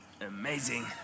Amazing